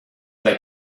they